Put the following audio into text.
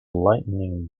lightning